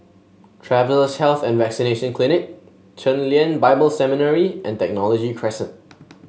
Travellers' Health and Vaccination Clinic Chen Lien Bible Seminary and Technology Crescent